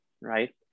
Right